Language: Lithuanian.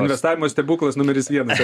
investavimo stebuklas numeris vienas